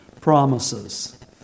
promises